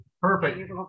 Perfect